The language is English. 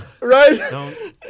Right